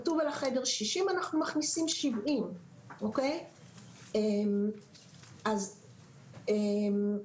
כי כתוב על החדר 60 ואנחנו מכניסים 70. אז